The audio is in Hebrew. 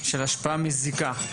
"השפעה מזיקה",